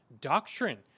doctrine